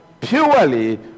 purely